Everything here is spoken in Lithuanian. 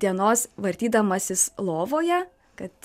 dienos vartydamasis lovoje kad